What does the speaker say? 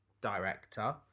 director